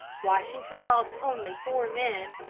washington lost only four men,